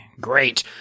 great